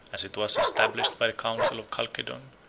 as it was established by the council of chalcedon,